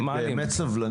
אני מאוד סבלני.